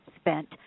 spent